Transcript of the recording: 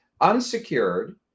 unsecured